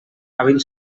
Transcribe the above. hàbil